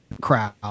crowd